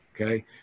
okay